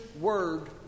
word